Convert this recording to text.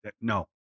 No